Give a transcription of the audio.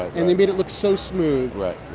and they made it look so smooth right.